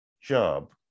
job